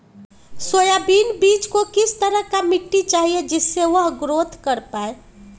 Soybean बीज को किस तरह का मिट्टी चाहिए जिससे वह ग्रोथ कर पाए?